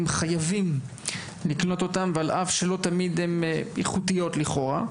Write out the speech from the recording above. חייבים לקלוט אותם ועל אף שלא תמיד איכותיות לכאורה,